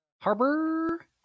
Harbor